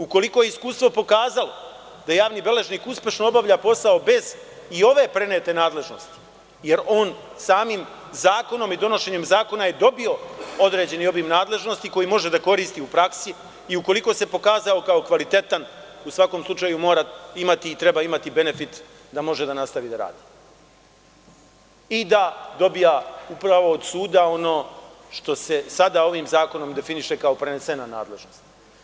Ukoliko je iskustvo pokazalo da javni beležnik uspešno obavlja posao bez i ove prenete nadležnosti, jer on donošenjem zakona je dobio određeni obim nadležnosti koje može da koristi u praksi, i ukoliko se pokazao kao kvalitetan u svakom slučaju mora imati benefit da može da nastavi da radi i da dobija od suda ono što se sada ovim zakonom definiše kao prenesena nadležnost.